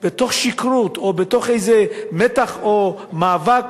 מתוך שכרות או מתוך איזה מתח או מאבק,